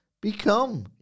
become